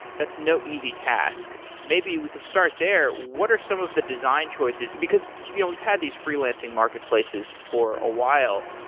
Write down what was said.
that's no easy task maybe we can start there. what are some of the design choices? because you know we've had these freelancing marketplaces for a while.